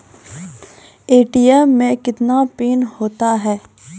ATM मे कितने PIN होता हैं?